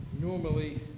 normally